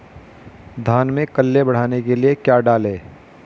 धान में कल्ले बढ़ाने के लिए क्या डालें?